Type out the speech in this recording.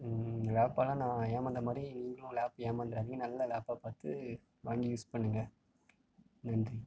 lab ஆனால் நான் ஏமாந்த மாதிரி நீங்களும் லேப் ஏமாந்துடாதிங்க நல்ல லேப்பாக பார்த்து வாங்கி யூஸ் பண்ணுங்கள் நன்றி